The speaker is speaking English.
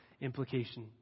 implication